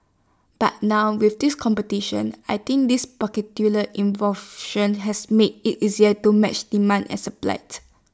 but now with this competition I think this particular has made IT easier to match demand and supplied